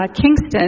Kingston